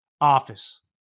office